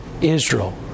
Israel